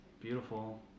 beautiful